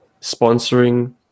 sponsoring